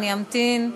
אני אמתין.